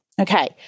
Okay